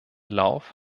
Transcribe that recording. lauf